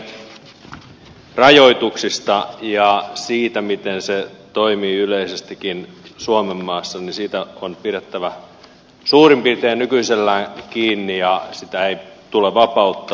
taksiliikenteen rajoituksista ja siitä miten se toimii yleisestikin suomenmaassa on pidettävä suurin piirtein nykyisellään kiinni ja sitä ei tule vapauttaa